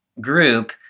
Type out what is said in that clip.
group